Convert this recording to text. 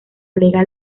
legal